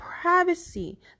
privacy